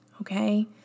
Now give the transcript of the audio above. Okay